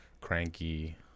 cranky